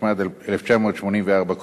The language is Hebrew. התשמ"ד 1984,